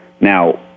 Now